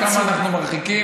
בסוג, כמה אנחנו מרחיקים,